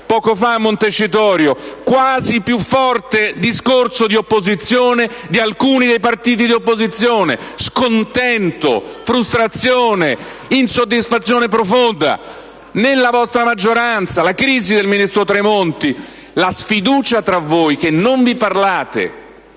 poco fa a Montecitorio: discorso di opposizione quasi più forte di alcuni dei partiti di opposizione. Scontento, frustrazione, insoddisfazione profonda nella vostra maggioranza; la crisi del ministro Tremonti; la sfiducia tra voi, che non vi parlate.